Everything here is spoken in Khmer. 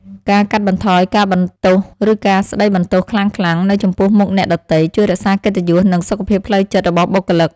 ការកាត់បន្ថយការបន្ទោសឬការស្តីបន្ទោសខ្លាំងៗនៅចំពោះមុខអ្នកដទៃ ជួយរក្សាកិត្តិយសនិងសុខភាពផ្លូវចិត្តរបស់បុគ្គលិក។